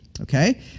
Okay